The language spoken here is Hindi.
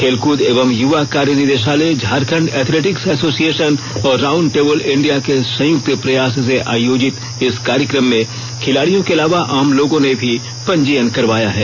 खेलकूद एवं युवा कार्य निदेषालय झारखंड एथलेटिक्स एसोसिएषन और राउंड टेबल इंडिया के संयुक्त प्रयास से आयोजित इस कार्यक्रम में खिलाड़ियों को अलावा आम लोगों ने भी पंजीयन करवाया है